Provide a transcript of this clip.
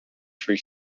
free